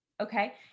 Okay